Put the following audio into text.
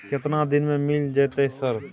केतना दिन में मिल जयते सर?